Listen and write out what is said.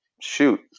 shoot